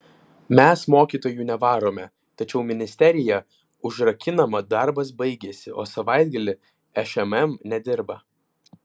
mes mokytojų nevarome tačiau ministerija užrakinama darbas baigėsi o savaitgalį šmm nedirba